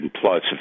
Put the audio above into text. plus